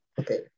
okay